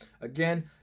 Again